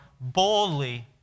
Boldly